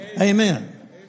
Amen